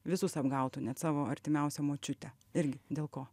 visus apgautų net savo artimiausią močiutę ir dėl ko